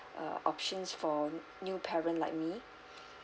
uh options for new parent like me